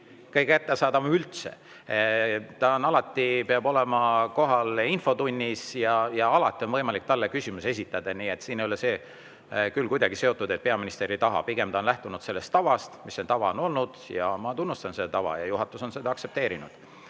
Kõige kättesaadavam üldse! Ta peab alati olema kohal infotunnis ja alati on võimalik talle küsimusi esitada. Nii et siin ei ole see küll kuidagi seotud sellega, et peaminister ei taha. Pigem ta on lähtunud sellest tavast, mis meil on olnud, ja ma tunnustan seda tava ja juhatus on seda aktsepteerinud.